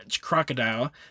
crocodile